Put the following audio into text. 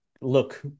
look